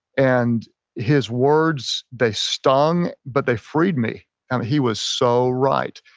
and his words, they stung but they freed me. and he was so right.